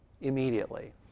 Immediately